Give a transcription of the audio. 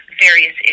various